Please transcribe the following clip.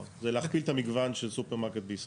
נכון, זה להכפיל את המגוון של סופרמרקט בישראל.